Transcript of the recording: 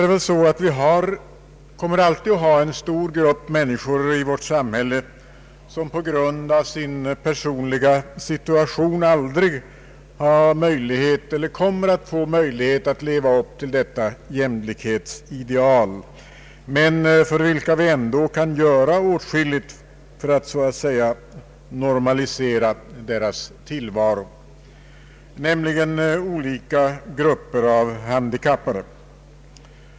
Emellertid kommer vi alltid att ha en stor grupp människor i vårt samhälle som på grund av sin personliga situation inte får möjlighet att leva upp till detta jämlikhetsideal. Vi kan ändå göra åtskilligt för att så att säga normalisera deras tillvaro. Jag tänker på olika grupper av handikappade.